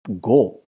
go